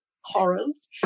horrors